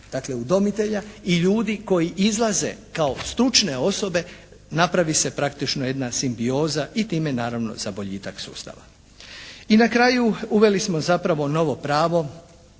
dakle udomitelja i ljudi koji izlaze kao stručne osobe napravi se praktično jedna simbioza i time naravno za boljitak sustava. I na kraju, uveli smo zapravo novo pravo